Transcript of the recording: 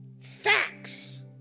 Facts